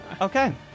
Okay